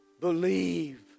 believe